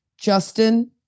Justin